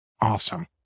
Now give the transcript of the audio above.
Awesome